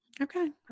Okay